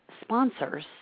sponsors